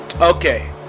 Okay